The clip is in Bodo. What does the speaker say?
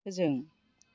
फोजों